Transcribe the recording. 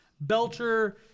Belcher